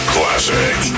Classic